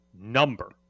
number